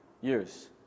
years